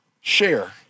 Share